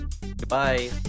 goodbye